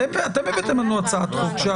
אתם הבאתם לנו הצעת חוק.